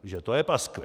Že to je paskvil!